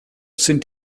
sind